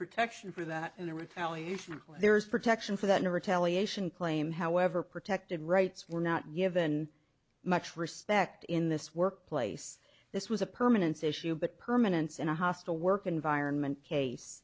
protection for that in the retaliation there is protection for that in retaliation claim however protected rights were not given much respect in this workplace this was a permanence issue but permanence in a hostile work environment case